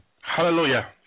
Hallelujah